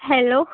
hello